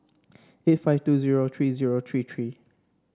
eight five two zero three zero three three